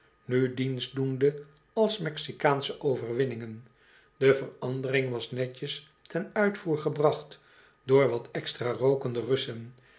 nu dienst doende als mexicaansche overwinningen de verandering was netjes ten uitvoer gebracht door wat extra rookende kussen